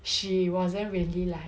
she wasn't really like